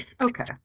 Okay